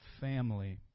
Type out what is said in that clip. family